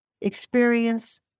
experience